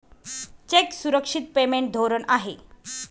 check सुरक्षित payment धोरण आहे